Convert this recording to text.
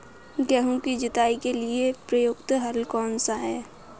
गेहूँ की जुताई के लिए प्रयुक्त हल कौनसा है?